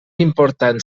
important